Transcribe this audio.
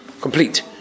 Complete